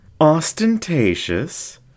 Ostentatious